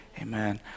Amen